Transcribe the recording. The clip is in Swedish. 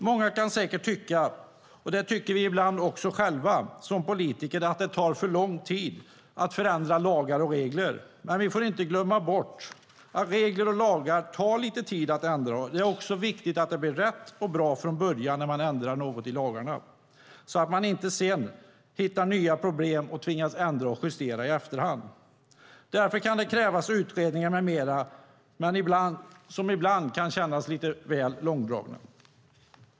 Många kan säkert tycka - det tycker vi ibland också själva som politiker - att det tar för lång tid att förändra lagar och regler. Men vi får inte glömma bort att regler och lagar tar lite tid att ändra. Det är också viktigt att det blir rätt och bra från början när man ändrar något i lagarna, så att man inte sedan hittar nya problem och tvingas ändra och justera i efterhand. Därför kan det krävas utredningar med mera som ibland kan kännas lite väl långdragna.